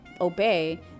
obey